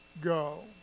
go